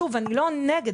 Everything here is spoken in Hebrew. שוב אני לא נגד,